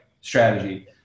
strategy